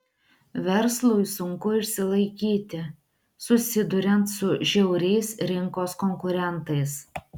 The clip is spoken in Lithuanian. verslui sunku išsilaikyti susiduriant su žiauriais rinkos konkurentais